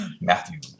Matthew